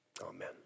Amen